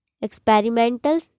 experimental